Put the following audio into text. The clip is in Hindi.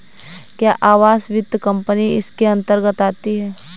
क्या आवास वित्त कंपनी इसके अन्तर्गत आती है?